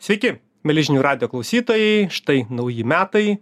sveiki mieli žinių radijo klausytojai štai nauji metai